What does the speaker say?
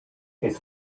his